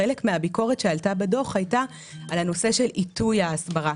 חלק מהביקורת שעלתה בדוח הייתה על הנושא של עיתוי ההסברה.